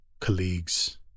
colleagues